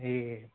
ఈ